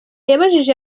yabajije